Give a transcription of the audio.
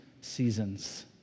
seasons